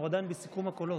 אנחנו עדיין בסיכום הקולות,